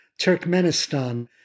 Turkmenistan